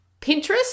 Pinterest